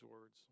words